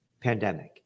pandemic